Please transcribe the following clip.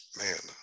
man